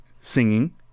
singing